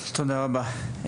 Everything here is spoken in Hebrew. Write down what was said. תודה רבה.